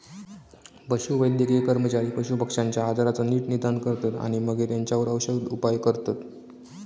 पशुवैद्यकीय कर्मचारी पशुपक्ष्यांच्या आजाराचा नीट निदान करतत आणि मगे तेंच्यावर औषदउपाय करतत